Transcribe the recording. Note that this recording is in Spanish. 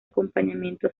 acompañamiento